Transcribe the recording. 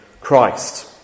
Christ